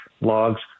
logs